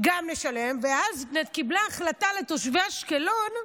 גם נשלם, ואז קיבלה החלטה על תושבי אשקלון,